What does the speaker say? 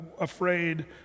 afraid